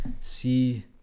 see